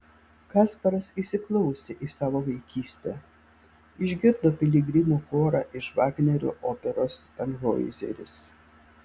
kasparas įsiklausė į savo vaikystę išgirdo piligrimų chorą iš vagnerio operos tanhoizeris